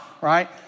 right